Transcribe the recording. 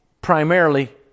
primarily